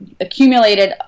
accumulated